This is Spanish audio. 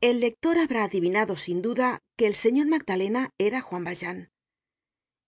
el lector habrá adivinado sin duda que el señor magdalena era juan valjean